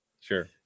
Sure